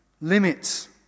limits